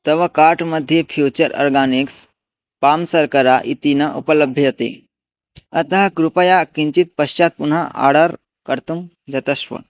तव कार्ट् मध्ये future organics palm शर्करा इति न उपलभ्यते अतः कृपया किञ्चित् पश्चात् पुनः आर्डर् कर्तुं यतस्व